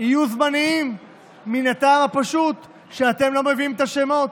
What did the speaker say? יהיו זמניים מן הטעם הפשוט שאתם לא מביאים את השמות.